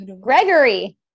Gregory